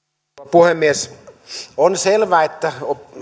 puhemies on selvä että